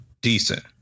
decent